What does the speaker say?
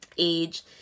Age